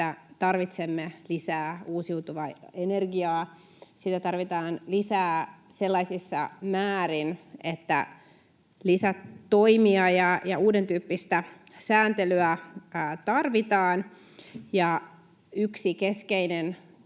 tarvitsemme lisää uusiutuvaa energiaa. Sitä tarvitaan lisää sellaisissa määrin, että lisätoimia ja uudentyyppistä sääntelyä tarvitaan. Ja yksi keskeinen